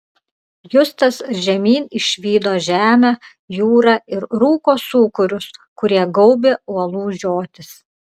justas žemyn išvydo žemę jūrą ir rūko sūkurius kurie gaubė uolų žiotis